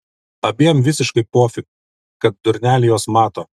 abiem visiškai pofik kad durneliai juos mato